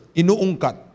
inuungkat